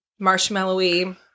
marshmallowy